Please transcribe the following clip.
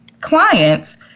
clients